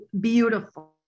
beautiful